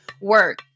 work